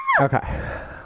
Okay